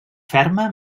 ferma